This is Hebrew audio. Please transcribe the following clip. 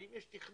האם יש תכנון?